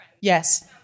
Yes